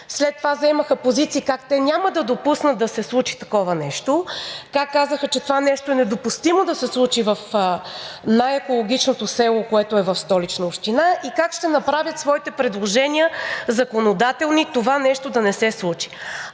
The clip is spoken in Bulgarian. след това заемаха позиции как те няма да допуснат да се случи такова нещо. Как казаха, че това нещо е недопустимо да се случи в най-екологичното село, което е в Столична община, и как ще направят своите предложения, законодателни това нещо да не се случи.